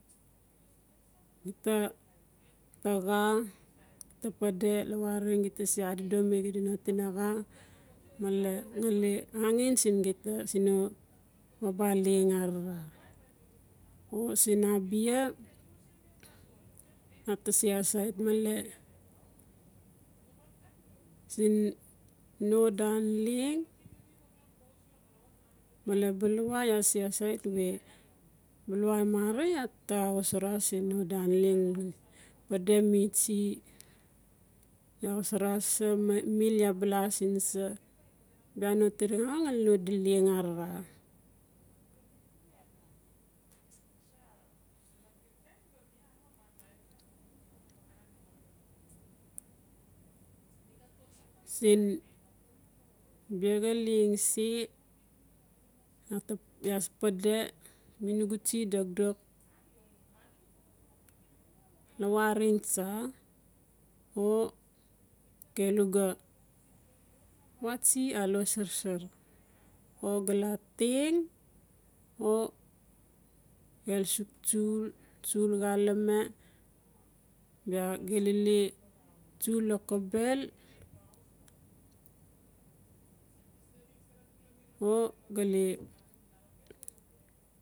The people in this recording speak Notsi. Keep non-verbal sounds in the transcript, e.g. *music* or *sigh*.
Gita taxa gita pade lawareng gita se adodomi xidano tinaxa male ngali angen siin gita siin no abia leng arara o sin abia uta se asait male siin no dan leng *noise* male balawa iaa se asait we balawa mara iata xaa xosara siin no dan leng bing. Pade mi tsie iaa xosara sa mil iaa ba la siin sa bia no tinaxa ngali no leng arara *noise* siin biaxa leng se iaa pade mi nugu tsie dokdok lawareng tsa o gelu ga uwa tsie alo sarsar o gala xeng o gelu suk tsul-tsul xalame biu gelule tsul lokobel *noise* o gale.